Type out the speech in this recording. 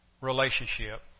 relationship